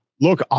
Look